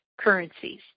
currencies